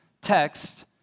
text